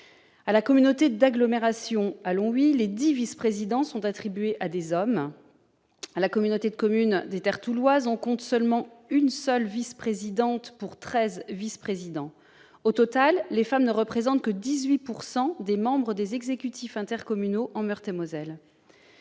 la communauté d'agglomération de Longwy, les dix vice-présidences sont attribuées à des hommes. La communauté de communes Terres Touloises compte seulement une vice-présidente, contre treize vice-présidents. Au total, les femmes ne représentent que 18 % des membres des exécutifs intercommunaux en Meurthe-et-Moselle.